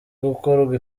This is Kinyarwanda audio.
gukorwa